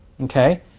Okay